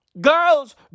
Girls